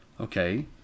Okay